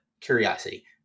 Curiosity